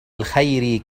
الخير